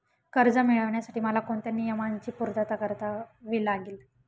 कर्ज मिळविण्यासाठी मला कोणत्या नियमांची पूर्तता करावी लागेल?